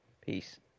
Peace